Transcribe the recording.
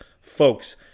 Folks